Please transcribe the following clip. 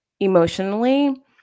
Emotionally